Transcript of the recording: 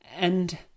And